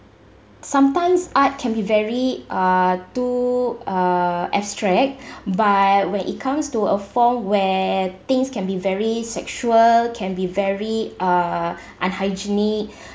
sometimes art can be very uh too uh abstract but when it comes to a form where things can be very sexual can be very uh unhygienic